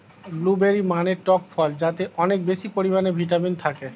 blueberry মানে টক ফল যাতে অনেক বেশি পরিমাণে ভিটামিন থাকে